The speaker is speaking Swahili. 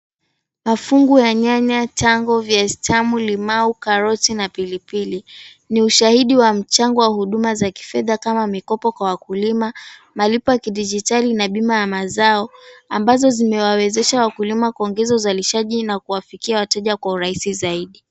Mafungu ya nyanya, tango, viazi vitamu, limau, karoti na pilipili ni ushahidi wa mchango wa huduma za kifedha kama mikopo kwa wakulima, malipo ya kidijitali, na bima ya mazao, ambazo zimewawezesha wakulima kuongeza uzalishaji na kuwafikia wateja kwa urahisi zaidi.